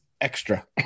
Extra